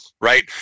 right